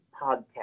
podcast